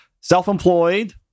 Self-employed